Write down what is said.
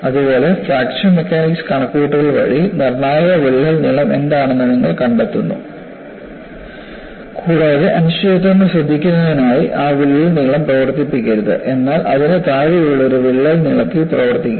അതുപോലെ fracture mechanics കണക്കുകൂട്ടൽ വഴി നിർണ്ണായക വിള്ളൽ നീളം എന്താണെന്ന് നിങ്ങൾ കണ്ടെത്തുന്നു കൂടാതെ അനിശ്ചിതത്വങ്ങൾ ശ്രദ്ധിക്കുന്നതിനായി ആ വിള്ളൽ നീളം പ്രവർത്തിപ്പിക്കരുത് എന്നാൽ അതിനു താഴെയുള്ള ഒരു വിള്ളൽ നീളത്തിൽ പ്രവർത്തിക്കുക